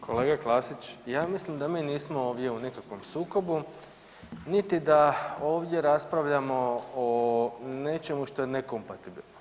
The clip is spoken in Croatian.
Kolega Klasić ja mislim da mi nismo u nikakvom sukobu, niti da ovdje raspravljamo o nečemu što nekompatibilno.